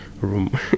room